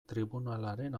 tribunalaren